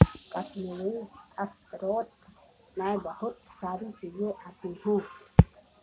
कश्मीरी स्रोत मैं बहुत सारी चीजें आती है